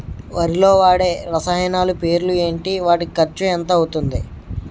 వరిలో వాడే రసాయనాలు పేర్లు ఏంటి? వాటి ఖర్చు ఎంత అవతుంది?